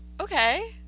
Okay